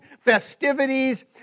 festivities